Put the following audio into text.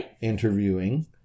interviewing